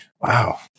Wow